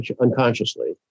unconsciously